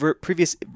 previous